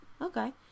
okay